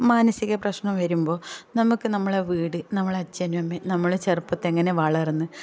മാനസികപ്രശ്നം വരുമ്പോൾ നമുക്ക് നമ്മളെ വീട് നമ്മളെ അച്ഛനും അമ്മയും നമ്മളെ ചെറുപ്പത്തിൽ എങ്ങനെ വളർന്നു